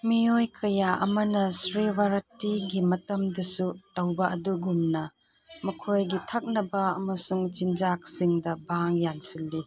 ꯃꯤꯑꯣꯏ ꯀꯌꯥ ꯑꯃꯅ ꯁ꯭ꯔꯤꯚꯔꯇꯤꯒꯤ ꯃꯇꯝꯗꯁꯨ ꯇꯧꯕ ꯑꯗꯨꯒꯨꯝꯅ ꯃꯈꯣꯏꯒꯤ ꯊꯛꯅꯕ ꯑꯃꯁꯨꯡ ꯆꯤꯟꯖꯥꯛꯁꯤꯡꯗ ꯕꯥꯡ ꯌꯥꯟꯁꯤꯜꯂꯤ